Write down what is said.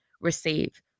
receive